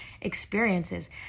experiences